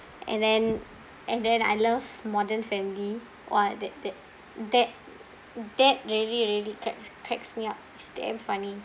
and then and then I love modern family !wah! that that that that really really cracks cracks me up it's damn funny